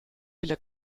viele